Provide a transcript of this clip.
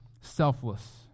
selfless